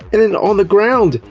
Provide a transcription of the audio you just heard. and then on the ground!